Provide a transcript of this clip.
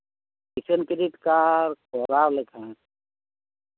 ᱠᱤᱥᱟᱱ credit card ᱠᱚᱨᱟᱣ ᱞᱮᱠᱷᱟᱱ